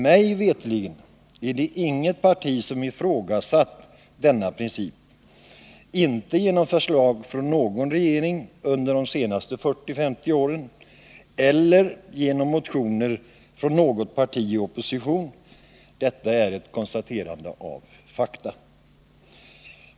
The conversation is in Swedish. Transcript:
Mig veterligt är det inget parti som ifrågasatt denna princip. Det har inte skett genom förslag från någon regering under de senaste 40-50 åren eller genom motioner från något parti i opposition. Detta är ett konstaterande av fakta.